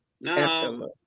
No